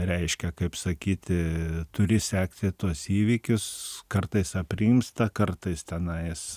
reiškia kaip sakyti turi sekti tuos įvykius kartais aprimsta kartais tenais